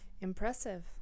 Impressive